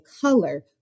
color